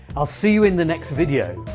i'll see you in the next video.